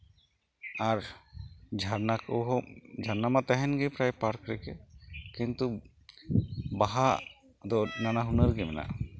ᱟᱨ ᱡᱷᱟᱨᱱᱟ ᱠᱚᱦᱚᱸ ᱡᱷᱟᱨᱱᱟ ᱢᱟ ᱛᱟᱦᱮᱱ ᱜᱮ ᱯᱨᱟᱭ ᱯᱟᱨᱠ ᱨᱮᱜᱮ ᱠᱤᱱᱛᱩ ᱵᱟᱦᱟ ᱫᱚ ᱱᱟᱱᱟ ᱦᱩᱱᱟᱹᱨ ᱜᱮ ᱢᱮᱱᱟᱜᱼᱟ